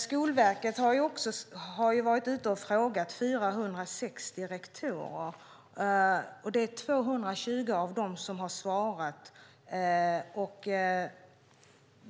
Skolverket har frågat 460 rektorer, av vilka 220 svarat, och